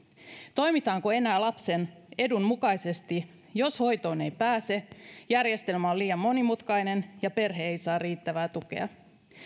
toimitaanko enää lapsen edun mukaisesti jos hoitoon ei pääse järjestelmä on liian monimutkainen ja perhe ei saa riittävää tukea